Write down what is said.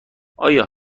آیا